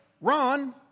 Ron